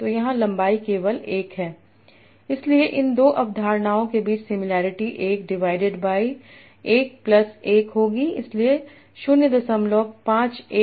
तो यहाँ लंबाई केवल 1 है इसलिए इन दो अवधारणाओं के बीच सिमिलैरिटी 1 डिवाइडेड बाई 1 प्लस 1 होगी इसलिए 05